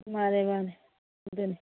ꯃꯥꯅꯦ ꯃꯥꯅꯦ ꯑꯗꯨꯅꯤ